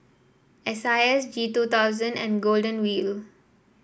S I S G two thousand and Golden Wheel